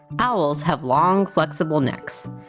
owls have long flexible necks.